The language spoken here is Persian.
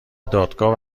دادگاه